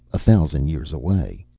a thousand years away.